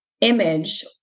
image